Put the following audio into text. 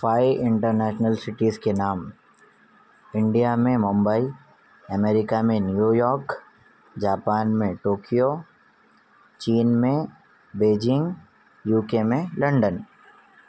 five international cities کے نام India میں ممبئی امریکہ میں نیویارک جاپان میں ٹوکیو چین میں بیجنگ یوکے میں لنڈن